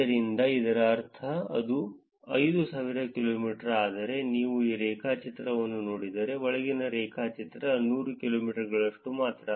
ಆದ್ದರಿಂದ ಇದರ ಅರ್ಥ ಇದು 5000 ಕಿಲೋಮೀಟರ್ ಆದರೆ ನೀವು ಈ ರೇಖಾಚಿತ್ರ ಅನ್ನು ನೋಡಿದರೆ ಒಳಗಿನ ರೇಖಾಚಿತ್ರ 100 ಕಿಲೋಮೀಟರ್ಗಳಷ್ಟು ಮಾತ್ರ